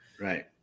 Right